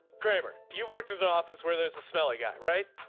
kramer you've worked in the office where there's a smelly guy right.